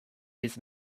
his